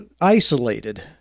isolated